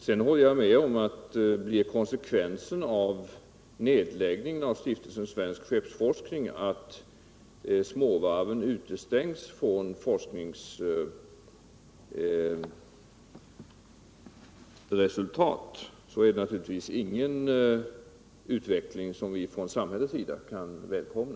Sedan håller jag med om att blir konsekvensen av nedläggningen av Stiftelsen Svensk skeppsforskning att småvarven utestängs från forskningsresultat, är det naturligtvis ingen utveckling som vi från samhällets sida kan välkomna.